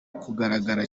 kugaragara